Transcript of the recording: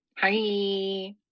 Hi